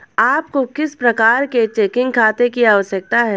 आपको किस प्रकार के चेकिंग खाते की आवश्यकता है?